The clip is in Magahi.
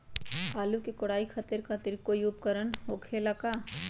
आलू के कोराई करे खातिर कोई उपकरण हो खेला का?